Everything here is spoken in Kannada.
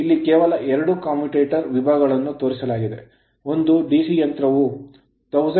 ಇಲ್ಲಿ ಕೇವಲ ಎರಡು commutator ಕಮ್ಯೂಟೇಟರ್ ವಿಭಾಗಗಳು ತೇೂರಿಸಲಾಗಿದೆ ಒಂದು DC ಯಂತ್ರವು 1000 ಕಮ್ಯೂಟೇಟರ್ ವಿಭಾಗವನ್ನು ಹೊಂದಿರಬಹುದು